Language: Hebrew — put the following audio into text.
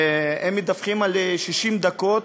והם מדווחים על 60 דקות